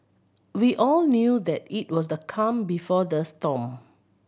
we all knew that it was the calm before the storm